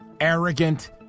Arrogant